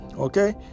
Okay